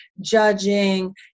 judging